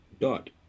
Dot